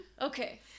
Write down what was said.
Okay